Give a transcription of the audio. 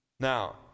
Now